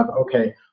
okay